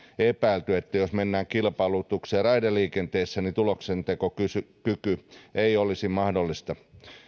epäilty että jos mennään kilpailutukseen raideliikenteessä niin tuloksentekokyky ei olisi mahdollista